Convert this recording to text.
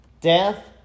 Death